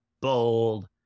bold